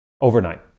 overnight